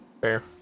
Fair